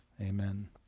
amen